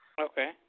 Okay